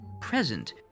present